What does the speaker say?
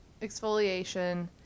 Exfoliation